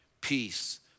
peace